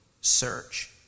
search